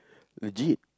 legit